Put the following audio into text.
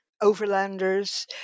overlanders